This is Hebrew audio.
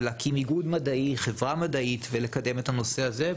להקים איגוד מדעי או חברה מדעית ולקדם את הנושא הזה.